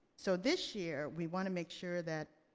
so this year we want to make sure that